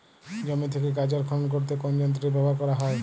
জমি থেকে গাজর খনন করতে কোন যন্ত্রটি ব্যবহার করা হয়?